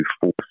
force